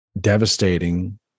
devastating